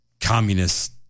communist